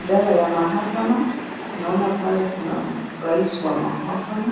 Idara ya mahakama, naona pale kuna Rais wa Mahakama,